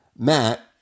Matt